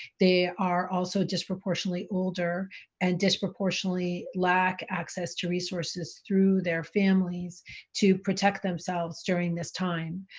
they are also disproportionately older and disproportionately lack access to resources through their families to protect themselves during this time.